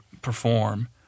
perform